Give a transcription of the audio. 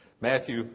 Matthew